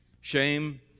shame